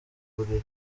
buriri